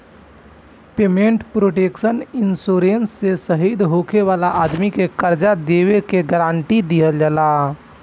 payment protection insurance से शहीद होखे वाला आदमी के कर्जा देबे के गारंटी दीहल जाला